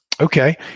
Okay